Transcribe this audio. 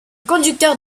conducteurs